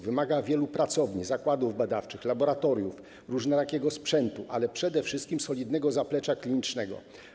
Wymaga wielu pracowni, zakładów badawczych, laboratoriów, różnorakiego sprzętu, ale przede wszystkim - solidnego zaplecza klinicznego.